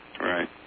Right